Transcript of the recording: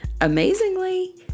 amazingly